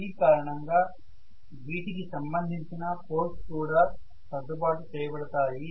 ఈ కారణంగా వీటికి సంబంధించిన పోల్స్ కూడా సర్దుబాటు చేయబడతాయి